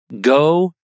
go